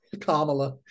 Kamala